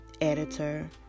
editor